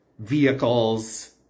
vehicles